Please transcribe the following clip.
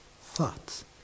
thoughts